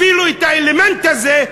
אפילו את האלמנט הזה,